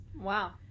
Wow